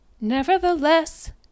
Nevertheless